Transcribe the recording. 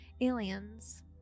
aliens